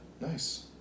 Nice